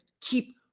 keep